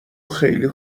خیلی